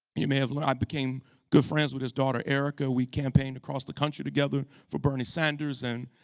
a man who i became good friends with his daughter erica, we campaigned across the country together for bernie sanders. and